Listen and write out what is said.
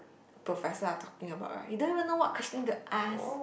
professor are talking about right you don't even know what question to ask